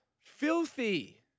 Filthy